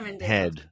head